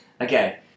Okay